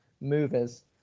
movers